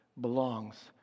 belongs